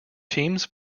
teams